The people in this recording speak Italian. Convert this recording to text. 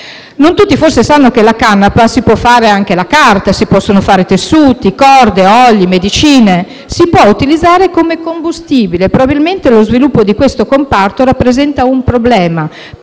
Non tutti forse sanno che con la canapa si può fare anche la carta, si possono fare tessuti, corde, oli, medicine; si può utilizzare come combustibile e probabilmente lo sviluppo di questo comparto rappresenta un problema per